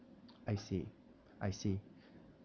I see I see